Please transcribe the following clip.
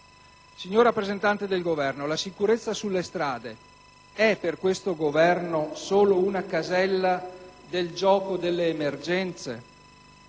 Signor rappresentante del Governo, le domando se la sicurezza sulle strade sia per questo Governo solo una casella del gioco delle emergenze